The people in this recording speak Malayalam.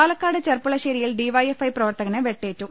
പാലക്കാട് ചെർപ്പുളശ്ശേരിയിൽ ഡിഖ്ഐഫ് ഐ പ്രവർത്തകന് വെട്ടേറ്റു